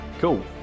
cool